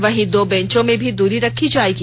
वहीं दो बैंचों में भी दूरी रखी जायेगी